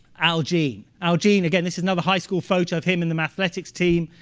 al jean. al jean, again this is another high school photo of him in the mathematics team.